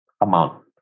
amount